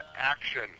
action